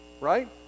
Right